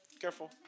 Careful